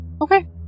okay